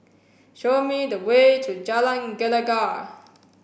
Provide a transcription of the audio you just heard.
show me the way to Jalan Gelegar